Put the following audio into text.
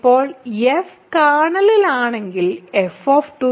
ഇപ്പോൾ f കേർണലിലാണെങ്കിൽ f 0